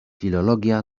filologia